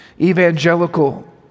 evangelical